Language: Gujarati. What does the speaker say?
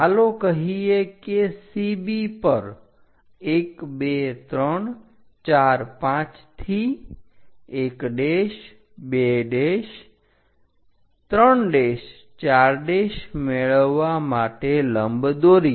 ચાલો કહીએ કે CB પર 1 2 3 4 5 થી 1 2 3 4 મેળવવા માટે લંબ દોર્યા